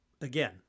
Again